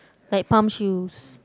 like palm shoes